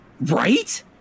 right